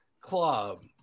club